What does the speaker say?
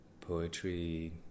poetry